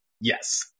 yes